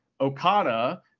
Okada